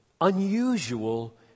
Unusual